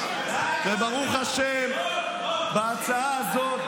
וברוך השם בהצעה הזאת,